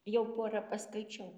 jau pora paskaičiau